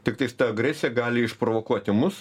tiktais ta agresija gali išprovokuoti mus